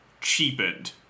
cheapened